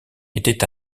était